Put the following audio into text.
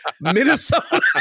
Minnesota